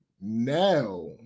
now